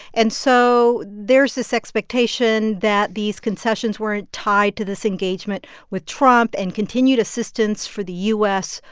and so there's this expectation that these concessions were and tied to this engagement with trump and continued assistance for the u s.